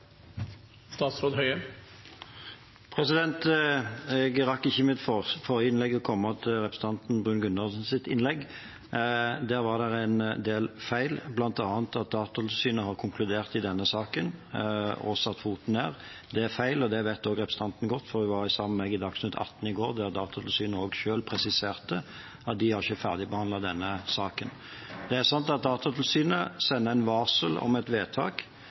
Jeg rakk ikke i mitt forrige innlegg å komme til representanten Bruun-Gundersens innlegg. Der var det en del feil, bl.a. at Datatilsynet har konkludert i denne saken og satt foten ned. Det er feil, og det vet også representanten godt, for hun var sammen med meg i Dagsnytt 18 i går, der Datatilsynet selv presiserte at de ikke har ferdigbehandlet denne saken. Det er sant at Datatilsynet sender et varsel om et vedtak